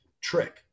trick